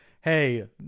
hey